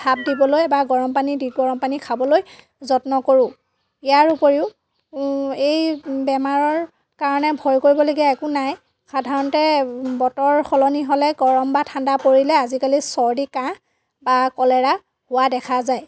ভাপ দিবলৈ বা গৰম পানী দি গৰম পানী খাবলৈ যত্ন কৰোঁ ইয়াৰ উপৰিও এই বেমাৰৰ কাৰণে ভয় কৰিবলগীয়া একো নাই সাধাৰণতে বতৰ সলনি হ'লে গৰম বা ঠাণ্ডা পৰিলে আজিকালি চৰ্দি কাঁহ বা কলেৰা হোৱা দেখা যায়